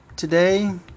today